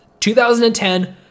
2010